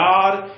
God